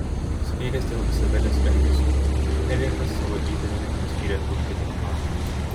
supykęs dėl izabelės elgesio henrikas savo įpėdine paskyrė dukterį chuaną